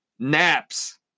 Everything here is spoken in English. Naps